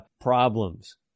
problems